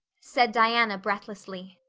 said diana breathlessly.